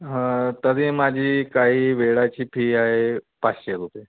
हा तरी माझी काही वेळाची फी आहे पाचशे रुपये